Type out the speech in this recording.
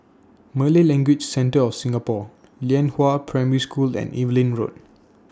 Malay Language Centre of Singapore Lianhua Primary School and Evelyn Road